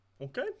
okay